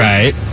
Right